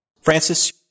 Francis